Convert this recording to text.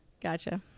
Gotcha